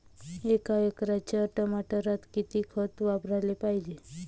एका एकराच्या टमाटरात किती खत वापराले पायजे?